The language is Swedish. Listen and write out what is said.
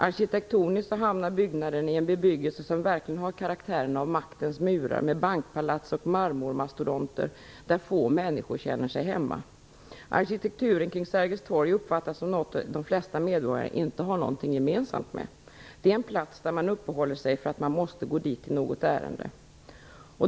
Arkitektoniskt hamnar byggnaden i en bebyggelse som verkligen har karaktären av maktens murar, med bankpalats och marmormastodonter där få människor känner sig hemma. Arkitekturen kring Sergels torg uppfattas som något som de flesta medborgare inte har något gemensamt med. Det är en plats där man uppehåller sig för att man måste gå dit i något ärende.